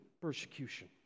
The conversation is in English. persecution